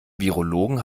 virologen